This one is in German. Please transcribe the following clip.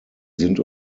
sind